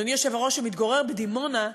אדוני היושב-ראש שמתגורר בדימונה,